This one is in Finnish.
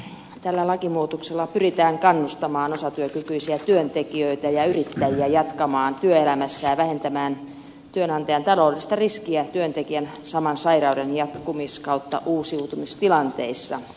tällä lakimuutoksella pyritään kannustamaan osatyökykyisiä työntekijöitä ja yrittäjiä jatkamaan työelämässä ja vähentämään työnantajan taloudellista riskiä työntekijän saman sairauden jatkumis ja uusiutumistilanteissa